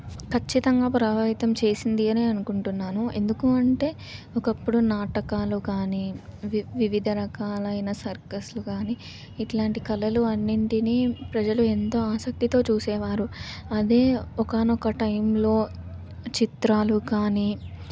ఖచ్చితంగా ప్రభావితం చేసింది అని అనుకుంటున్నాను ఎందుకు అంటే ఒకప్పుడు నాటకాలు కానీ వి వివిధ రకాలైన సర్కస్లు కానీ ఇట్లాంటి కళలు అన్నింటిని ప్రజలు ఎంతో ఆసక్తితో చూసేవారు అదే ఒకానొక టైంలో చిత్రాలు కానీ